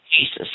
Jesus